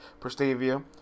Prestavia